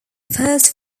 first